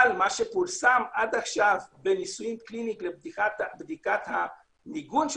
אבל מה שפורסם עד עכשיו בניסויים קליניים לבדיקת המיגון של